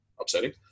upsetting